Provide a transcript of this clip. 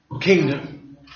kingdom